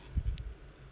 mm